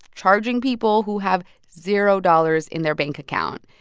charging people who have zero dollars in their bank account.